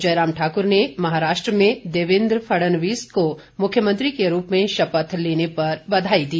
जयराम ठाकुर ने महाराष्ट्र में देवेन्द्र फडनवीस को मुख्यमंत्री के रूप में शपथ लेने पर बधाई दी